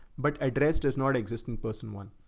but address does not exist in person one.